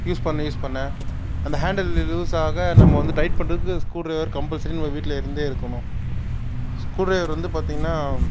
use பண்ண use பண்ண அந்த ஹேண்டில் லூசாக நம்ம வந்து டைட் பண்றக்கு ஸ்க்ரூ ட்ரைவர் கம்பல்சரி நம்ம வீட்டில் இருந்தே இருக்கணும் ஸ்க்ரூ ட்ரைவர் வந்து பார்த்தீங்கனா